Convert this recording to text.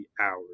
hours